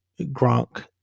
Gronk